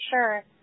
sure